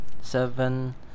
seven